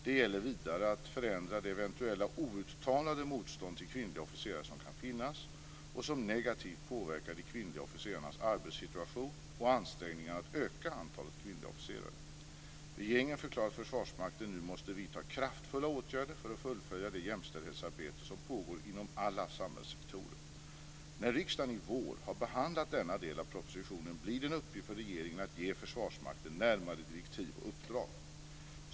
Det gällde vidare att förändra det eventuella outtalade motstånd till kvinnliga officerare som kan finnas och som negativt påverkar de kvinnliga officerarnas arbetssituation och ansträngningarna att öka antalet kvinnliga officerare. Regeringen förklarade att Försvarsmakten nu måste vidta kraftfulla åtgärder för att fullfölja det jämställdhetsarbete som pågår inom alla samhällssektorer. När riksdagen i vår har behandlat denna del av propositionen blir det en uppgift för regeringen att ge Försvarsmakten närmare direktiv och uppdrag.